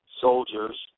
soldiers